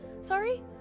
Sorry